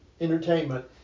entertainment